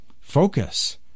Focus